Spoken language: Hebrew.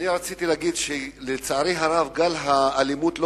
רציתי להגיד שלצערי הרב גל האלימות לא